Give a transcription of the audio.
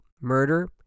murder